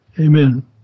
Amen